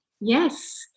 Yes